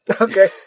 Okay